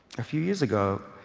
a few years ago,